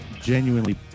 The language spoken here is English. genuinely